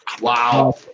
Wow